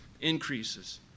increases